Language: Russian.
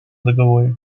договоре